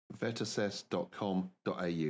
vetassess.com.au